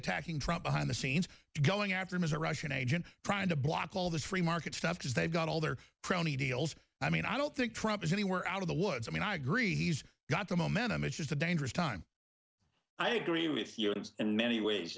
attacking from behind the scenes going after him as a russian agent trying to block all this free market stuff because they've got all their deals i mean i don't think trump is anywhere out of the woods i mean i agree he's got the momentum it's just a dangerous time i agree with your that in many ways